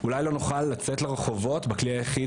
אולי לא נוכל לצאת לרחובות בכלי היחיד